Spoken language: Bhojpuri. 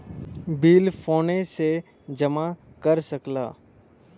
बिल फोने से जमा कर सकला